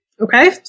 Okay